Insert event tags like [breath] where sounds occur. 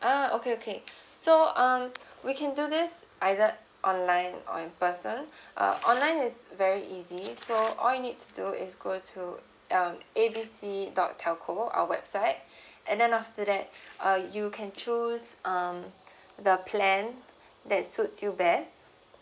ah okay okay so um we can do this either online or in person [breath] uh online is very easy so all you need to do is go to um A B C dot telco our website [breath] and then after that uh you can choose um the plan that suits you best